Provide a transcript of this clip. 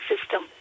system